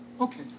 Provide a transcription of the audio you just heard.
Okay